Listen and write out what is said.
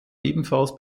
ebenfalls